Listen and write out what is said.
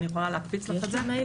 אני יכולה להקפיץ לך את זה.